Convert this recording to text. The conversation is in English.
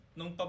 Nung